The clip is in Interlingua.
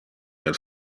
del